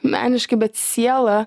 meniškai bet sielą